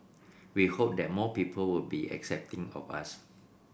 we hope that more people will be accepting of us